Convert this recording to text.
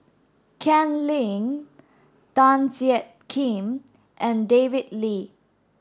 Ken Lim Tan Jiak Kim and David Lee